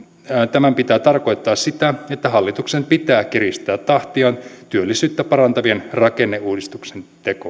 tämän pitää tarkoittaa sitä että hallituksen pitää kiristää tahtiaan työllisyyttä parantavien rakenneuudistusten